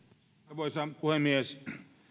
arvoisa puhemies